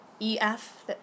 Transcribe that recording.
EF